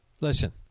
listen